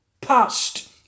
past